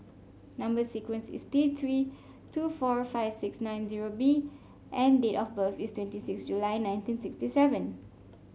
number sequence is T Three two four five six nine zero B and date of birth is twenty six July nineteen sixty seven